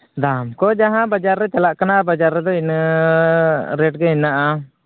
ᱫᱟᱢ ᱠᱚ ᱡᱟᱦᱟᱸ ᱵᱟᱡᱟᱨ ᱨᱮ ᱪᱟᱞᱟᱜ ᱠᱟᱱᱟ ᱵᱟᱡᱟᱨ ᱨᱮᱫᱚ ᱤᱱᱟᱹ ᱨᱮᱹᱴ ᱜᱮ ᱦᱮᱱᱟᱜᱼᱟ